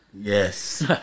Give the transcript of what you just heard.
Yes